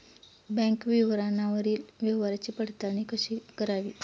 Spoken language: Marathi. बँक विवरणावरील व्यवहाराची पडताळणी कशी करावी?